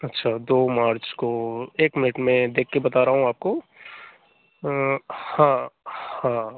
अच्छा दो मार्च को एक मिनट मैं देख कर बता रहा हूँ आपको हाँ हाँ